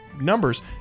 numbers